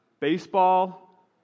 baseball